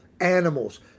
animals